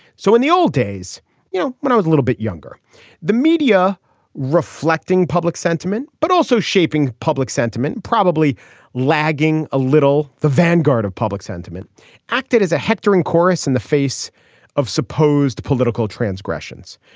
so in the old days you know when i was a little bit younger the media reflecting public sentiment but also shaping public sentiment probably lagging a little. the vanguard of public sentiment acted as a hectoring chorus in the face of supposed political transgressions.